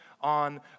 on